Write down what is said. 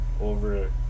over